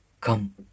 Come